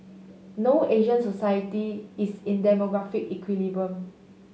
no Asian society is in demographic equilibrium